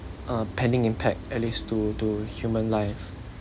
uh pending impact at least to to human life